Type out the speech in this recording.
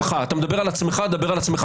לפחות אל תגיד דברים לא נכונים.